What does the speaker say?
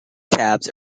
tabs